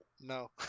No